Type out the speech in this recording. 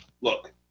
look